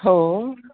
हो